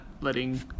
letting